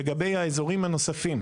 לגבי האזורים הנוספים.